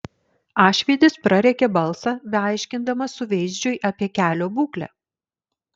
ašvydis prarėkė balsą beaiškindamas suveizdžiui apie kelio būklę